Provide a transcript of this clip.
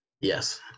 Yes